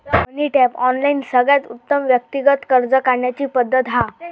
मनी tap, online सगळ्यात उत्तम व्यक्तिगत कर्ज काढण्याची पद्धत हा